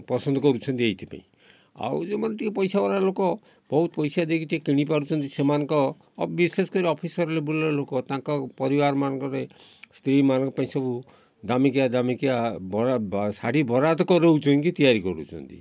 ପସନ୍ଦ କରୁଛନ୍ତି ଏଇଥିପାଇଁ ଆଉ ଯେଉଁମାନେ ଟିକେ ପଈସା ବାଲା ଲୋକ ବହୁତ ପଈସା ଦେଇକି ଟିକେ କିଣି ପାରୁଛନ୍ତି ସେମାନଙ୍କ ବିଶେଷ କରି ଅଫିସର ଲେବଲର ଲୋକ ତାଙ୍କ ପରିବାରମାନଙ୍କରେ ସ୍ତ୍ରୀମାନଙ୍କ ପାଇଁ ସବୁ ଦାମିକିଆ ଦାମିକିଆ ଶାଢ଼ୀ ବରାତ କରାଉଛନ୍ତି ତିଆରି କରୁଛନ୍ତି